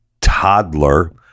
toddler